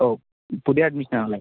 ഓ പുതിയ അഡ്മിഷൻ ആണല്ലേ